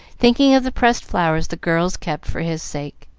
thinking of the pressed flowers the girls kept for his sake.